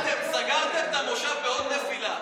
מיקי, נפלתם, סגרתם את המושב בעוד נפילה.